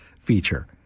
feature